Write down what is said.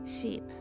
Sheep